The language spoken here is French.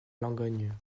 langogne